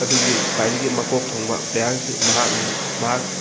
ꯑꯗꯨꯒꯤ ꯈ꯭ꯋꯥꯏꯗꯒꯤ ꯃꯀꯣꯛ ꯊꯣꯡꯕ ꯄ꯭ꯂꯦꯌꯔꯁꯤ ꯃꯍꯥꯛꯅꯤ ꯃꯍꯥꯛ